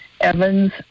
Evans